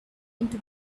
into